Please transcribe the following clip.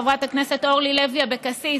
חברת הכנסת אורלי לוי אבקסיס,